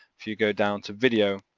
if you go down to video,